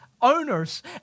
owners